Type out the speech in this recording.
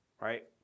right